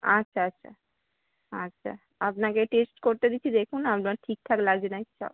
আচ্ছা আচ্ছা আচ্ছা আপনাকে টেস্ট করতে দিচ্ছি দেখুন আপনার ঠিক ঠাক লাগছে না কি সব